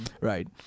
right